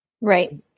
Right